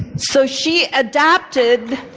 so she adapted